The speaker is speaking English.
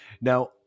Now